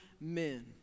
men